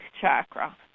chakra